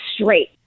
straight